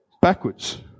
backwards